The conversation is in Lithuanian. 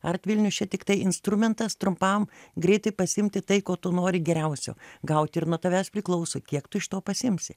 artvilnius čia tiktai instrumentas trumpam greitai pasiimti tai ko tu nori geriausio gauti ir nuo tavęs priklauso kiek tu iš to pasiimsi